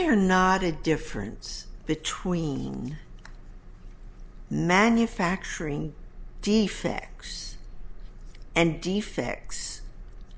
they are not a difference between manufacturing defects and effects